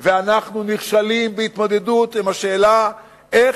ואנחנו נכשלים בהתמודדות עם השאלה איך